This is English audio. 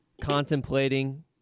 contemplating